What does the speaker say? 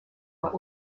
what